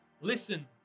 Listen